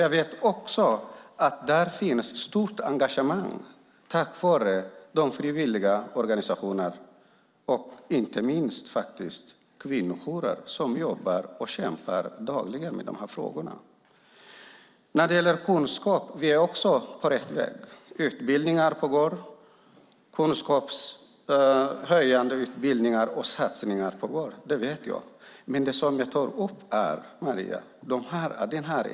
Jag vet också att det finns ett stort engagemang tack vare de frivilliga organisationerna, inte minst i kvinnojourerna som jobbar och kämpar dagligen med dessa frågor. När det gäller kunskap är vi också på rätt väg. Kunskapshöjande utbildningar och satsningar är på gång; det vet jag. Men det som jag tar upp, Maria, är ett nytt område.